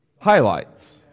highlights